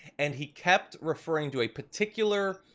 and he kept referring to a particular